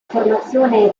formazione